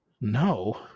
No